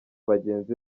bagenzi